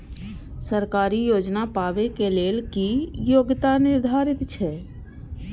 सरकारी योजना पाबे के लेल कि योग्यता निर्धारित छै?